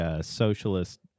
socialist